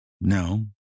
No